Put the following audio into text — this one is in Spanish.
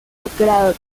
doctorado